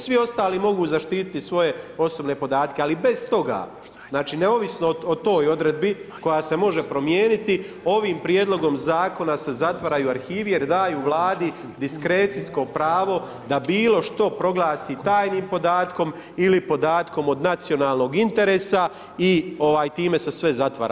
Svi ostali mogu zaštiti svoje osobne podatke, ali bez toga, znači neovisno o toj odredbi, koja se može promijeniti, ovim prijedlogom zakona se zatvaraju arhivi, jer daju Vladi diskrecijsko pravo da bilo što proglasi tajnim podatkom ili podatkom od nacionalnog interesa i time se sve zatvara.